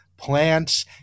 plants